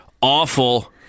awful